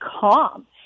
calm